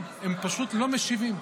הם פשוט לא משיבים.